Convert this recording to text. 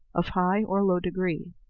of high or low degree.